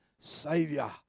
savior